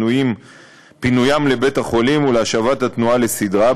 לפינוים לבית-החולים ולהשבת התנועה לסדרה.